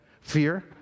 Fear